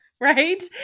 right